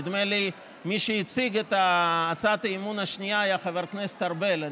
נדמה לי שמי שהציג את הצעת האי-אמון השנייה היה חבר הכנסת ארבל,